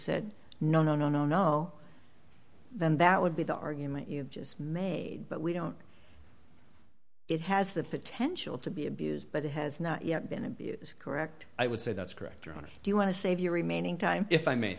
said no no no no no then that would be the argument you just made but we don't it has the potential to be abused but it has not yet been abused correct i would say that's correct your honor if you want to save your remaining time if i may